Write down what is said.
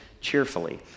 cheerfully